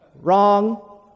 Wrong